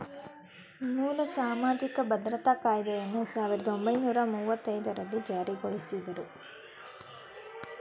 ಮೂಲ ಸಾಮಾಜಿಕ ಭದ್ರತಾ ಕಾಯ್ದೆಯನ್ನ ಸಾವಿರದ ಒಂಬೈನೂರ ಮುವ್ವತ್ತಐದು ರಲ್ಲಿ ಜಾರಿಗೊಳಿಸಿದ್ರು